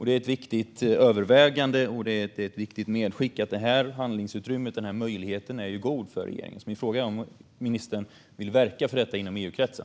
Det är ett viktigt övervägande och medskick att denna möjlighet är god för regeringen. Min fråga är därför om ministern vill verka för detta inom EU-kretsen.